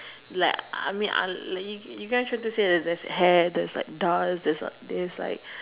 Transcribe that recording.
like I mean uh like you guys there's like hair there's like dust there's like this like